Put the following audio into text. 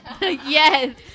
yes